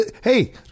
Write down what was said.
Hey